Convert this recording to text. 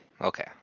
Okay